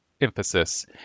emphasis